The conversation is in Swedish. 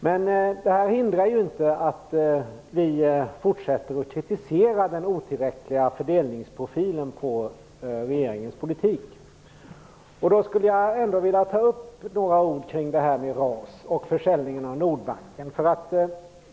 Det hindrar dock inte att vi fortsätter att kritisera den otillräckliga fördelningsprofilen i regeringens politik. Jag skulle med några ord vilja ta upp RAS och försäljningen av Nordbanken.